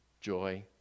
joy